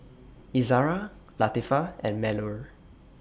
Izzara Latifa and Melur